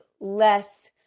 less